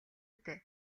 дээ